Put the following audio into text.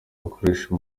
bakoresha